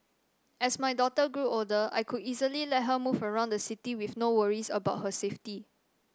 as my daughter grew older I could easily let her move around the city with no worries about her safety